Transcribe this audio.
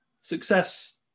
Success